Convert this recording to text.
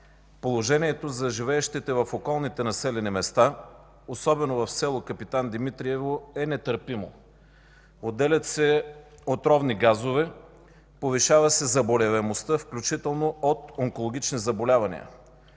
Положението на живеещите в околните населени места, особено в село Капитан Димитриево, е нетърпимо. Отделят се отровни газове, повишава се заболеваемостта, включително от онкологични заболявания.